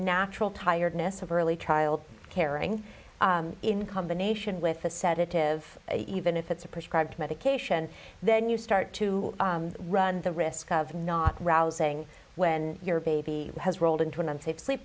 natural tiredness of early child care and in combination with a sedative even if it's a prescribed medication then you start to run the risk of not rouse saying when your baby has rolled into an unsafe sleep